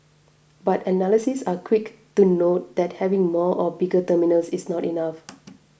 but analysts are quick to note that having more or bigger terminals is not enough